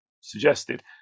suggested